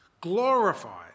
glorified